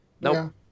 nope